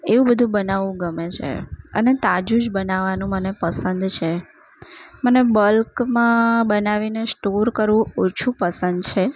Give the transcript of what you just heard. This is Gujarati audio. એવું બધું બનાવવું ગમે છે અને તાજું જ બનાવાનું મને પસંદ છે મને બલ્કમાં બનાવીને સ્ટોર કરવું ઓછું પસંદ છે